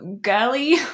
girly